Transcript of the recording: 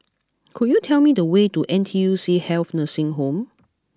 could you tell me the way to N T U C Health Nursing Home